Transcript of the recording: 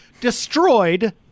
destroyed